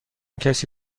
کسی